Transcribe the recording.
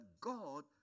God